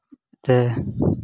ಮತ್ತು